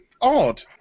odd